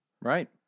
Right